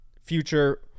future